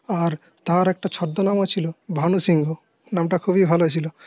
আর তার একটা ছদ্মনামও ছিল ভানু সিংহ নামটা খুবই ভালো ছিল